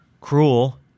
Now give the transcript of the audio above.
cruel